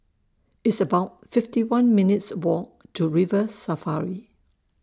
It's about fifty one minutes' Walk to River Safari